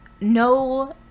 no